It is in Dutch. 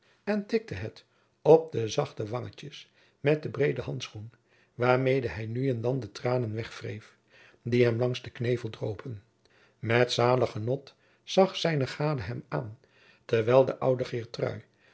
en tikte het op de zachte wangetjes met de breede handschoen waarmede hij nu en dan de tranen wegwreef die hem langs den knevel dropen met zalig genot zag zijne gade hem aan terwijl de oude